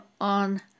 on